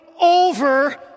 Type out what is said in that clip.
over